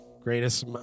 Greatest